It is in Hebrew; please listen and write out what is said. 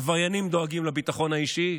עבריינים דואגים לביטחון האישי,